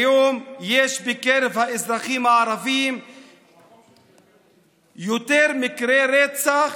כיום יש בקרב האזרחים הערבים יותר מקרי רצח